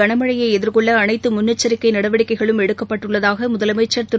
கனமழையைஎதிர்கொள்ளஅனைத்துமுன்னெச்சிக்கைநடவடிக்கைகளும் எடுக்கப்பட்டுள்ளதாகமுதலமைச்சா் திரு